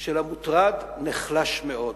של המוטרד נחלש מאוד.